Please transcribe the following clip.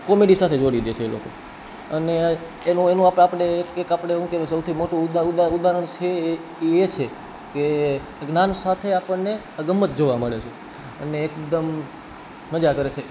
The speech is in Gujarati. કોમેડી સાથે જોડી દે છે એ લોકો અને એનું આપણે એક આપણે શું કહેવાય સૌથી મોટું ઉદાહરણ છે એ એ છે કે જ્ઞાન સાથે આપણને ગમ્મત જોવા મળે છે અને એકદમ મજા કરે છે